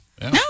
No